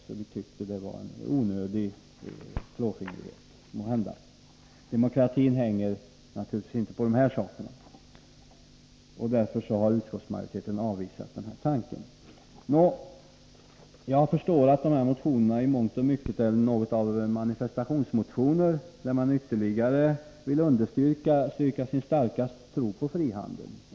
Vi tyckte att det måhända skulle vara en onödig klåfingrighet. Demokratin hänger naturligtvis inte på dessa saker. Därför har utskottsmajoriteten avvisat folkpartiets tanke. Jag förstår att dessa motioner i mångt och mycket är något av manifestationsmotioner, där man ytterligare vill understryka sin starka tro på frihandeln.